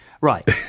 Right